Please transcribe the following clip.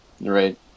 Right